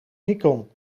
nikon